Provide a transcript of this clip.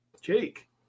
jake